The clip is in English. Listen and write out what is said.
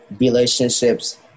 relationships